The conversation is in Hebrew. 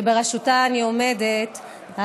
שבראשותה אני עומדת,